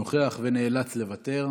נוכח ונאלץ לוותר.